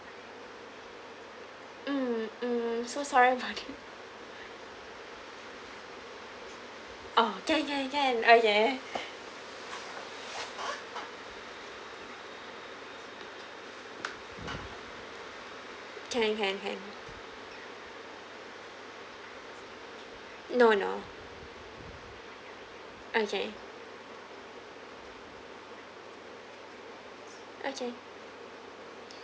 mm mm so sorry about it orh can can can okay can can can no no okay okay